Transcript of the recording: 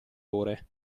ore